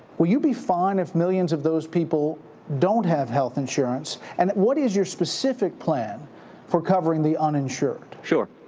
will you be fine if millions of those people don't have health insurance? and what is your specific plan for covering the uninsured? sure.